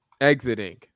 exiting